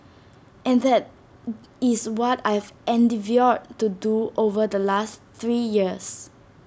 and that is what I've endeavoured to do over the last three years